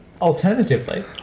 alternatively